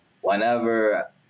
whenever